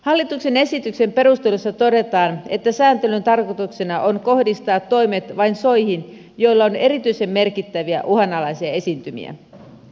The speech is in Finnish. hallituksen esityksen perusteluissa todetaan että sääntelyn tarkoituksena on kohdistaa toimet vain soihin joilla on erityisen merkittäviä uhanalaisia esiintymiä